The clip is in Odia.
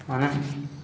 ମାନେ